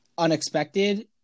unexpected